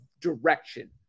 direction